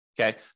Okay